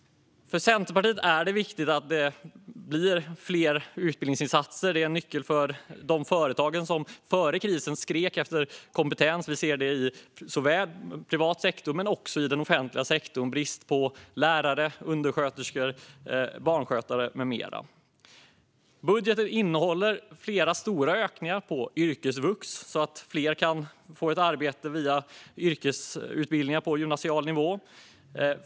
För Centerpartiet är det viktigt att det blir fler utbildningsinsatser; det är en nyckel för de företag som före krisen skrek efter kompetens. Vi ser det både i den privata och i den offentliga sektorn, med brist på lärare, undersköterskor, barnskötare med mera. Budgeten innehåller flera stora ökningar på yrkesvux så att fler kan få ett arbete via yrkesutbildningar på gymnasial nivå.